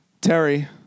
Terry